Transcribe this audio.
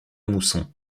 mousson